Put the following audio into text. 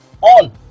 on